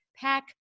pack